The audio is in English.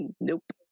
nope